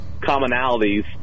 commonalities